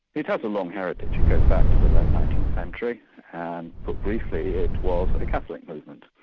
it has a long heritage it goes back to the late nineteenth century and put briefly, it was a catholic movement.